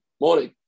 Morning